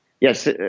Yes